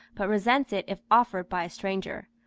but resents it if offered by a stranger.